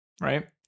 right